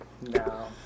No